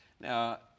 now